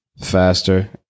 faster